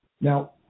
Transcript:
Now